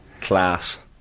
Class